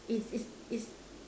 it's it's it's